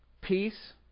peace